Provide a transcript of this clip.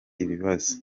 ibibazo